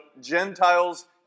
Gentiles